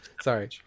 Sorry